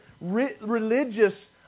religious